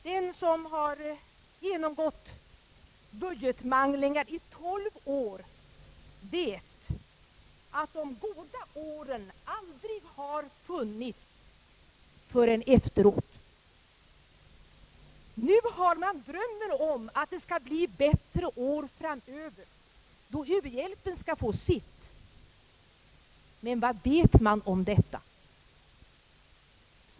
Den som har genomgått budgetmanglingar i tolv år vet att de goda åren aldrig har funnits — förrän efteråt. Nu har man drömmen om att det skall bli bättre år framöver, då u-hjälpen skall få sitt. Men vad vet man om det?